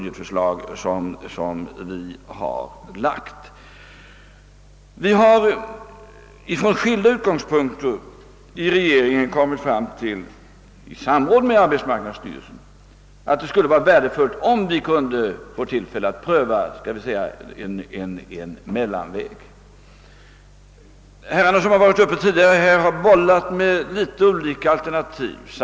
Regeringen har därför i samråd med arbetsmarknadsstyrelsen från skilda utgångspunkter kommit fram till att det vore värdefullt att så att säga pröva en mellanväg. De talare som tidigare haft ordet här har bollat litet med olika alternativ.